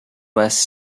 west